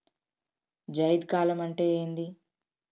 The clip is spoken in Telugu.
జైద్ కాలం అంటే ఏంది?